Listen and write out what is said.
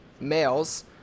males